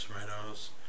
Tomatoes